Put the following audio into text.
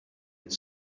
the